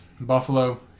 Buffalo